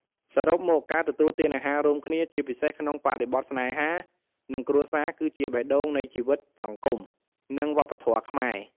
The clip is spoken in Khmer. សរុបមក ការទទួលទានអាហាររួមគ្នា ជាពិសេសក្នុងបរិបទស្នេហា និងគ្រួសារ គឺជា បេះដូងនៃជីវិតសង្គម និងវប្បធម៌ខ្មែរ។